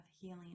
healing